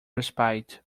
respite